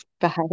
Bye